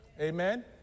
Amen